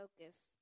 focus